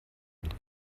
und